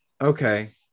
okay